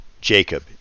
Jacob